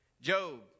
Job